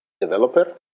developer